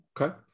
Okay